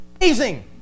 amazing